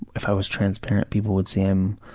if i was transparent people would see i'm